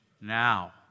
now